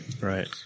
right